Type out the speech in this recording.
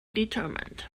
determined